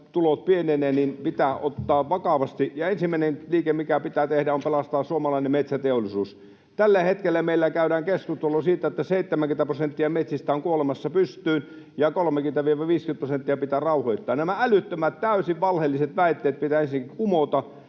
tulot pienenevät, pitää ottaa vakavasti, ja ensimmäinen liike, mikä pitää tehdä, on pelastaa suomalainen metsäteollisuus. Tällä hetkellä meillä käydään keskustelua siitä, että 70 prosenttia metsistä on kuolemassa pystyyn ja 30—50 prosenttia pitää rauhoittaa. Nämä älyttömät, täysin valheelliset väitteet pitäisi kumota.